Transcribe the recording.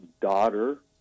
daughter